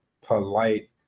polite